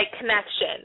connection